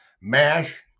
MASH